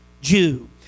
Jew